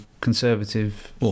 conservative